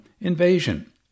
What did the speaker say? invasion